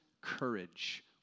courage